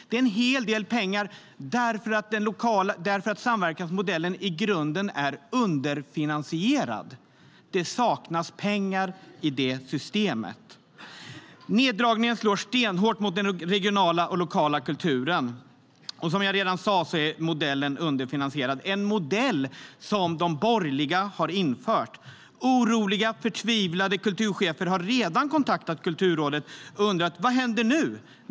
Det är en hel del pengar, eftersom samverkansmodellen i grunden är underfinansierad - det saknas pengar i det systemet. Neddragningen slår stenhårt mot den regionala och lokala kulturen. Som jag sa är modellen underfinansierad. Det är en modell som de borgerliga har infört. Oroliga, förtvivlade kulturchefer har redan kontaktat Kulturrådet och undrat: Vad händer nu?